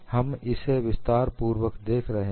हम इसे विस्तारपूर्वक देख रहे हैं